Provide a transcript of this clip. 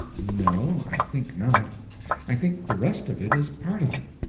no, i think not i think the rest of it is part of it.